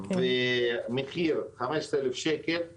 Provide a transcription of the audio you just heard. והמחיר הוא 15,000 שקל למטר,